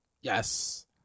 Yes